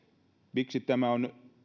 miksi tämä on